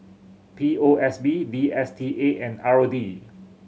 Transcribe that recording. P O S B D S T A and R O D